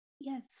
Yes